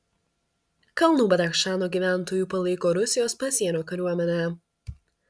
kalnų badachšano gyventojų palaiko rusijos pasienio kariuomenę